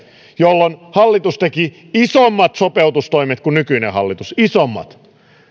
jolloin hallitus teki isommat sopeutustoimet kuin nykyinen hallitus isommat jolloin